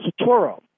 Satoro